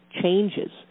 changes